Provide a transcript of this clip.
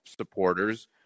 supporters